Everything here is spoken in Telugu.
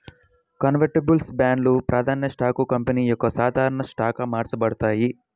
కన్వర్టిబుల్స్ బాండ్లు, ప్రాధాన్య స్టాక్లు కంపెనీ యొక్క సాధారణ స్టాక్గా మార్చబడతాయి